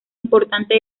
importante